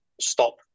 stop